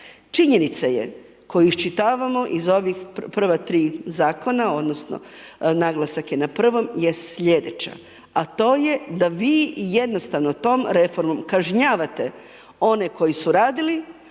Činjenica je koju iščitavamo iz ovih prva tri zakona odnosno naglasak je na prvom je slijedeća. A to je da vi jednostavno tom reformom kažnjavate one koji radili,